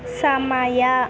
ಸಮಯ